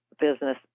business